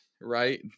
right